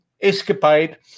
escapade